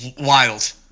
Wild